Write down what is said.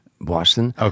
Boston